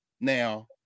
Now